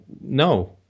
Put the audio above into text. no